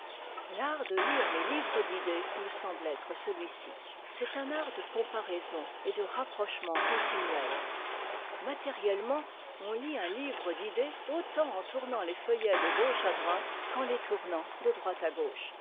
l'art de lire les livres d'idées me semble être celui-ci c'est un art de comparaison et de rapprochement continuel matériellement on lit un livre d'idées autant en tournant les feuillets de gauche à droite qu'en les tournant de droite à gauche